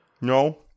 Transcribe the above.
No